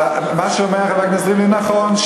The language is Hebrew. מה שאומר חבר הכנסת ריבלין נכון.